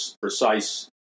precise